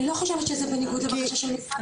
אני לא חושבת שזה בניגוד לבקשה של משרד הבריאות.